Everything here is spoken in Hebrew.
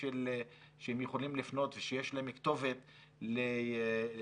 שהם יכולים לפנות ושיש להם כתובת לגשת